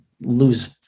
lose